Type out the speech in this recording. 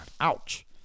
ouch